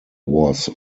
was